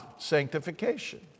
sanctification